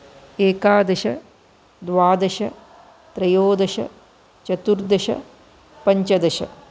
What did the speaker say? एकादश द्वादश त्रयोदश चतुर्दश पञ्चदश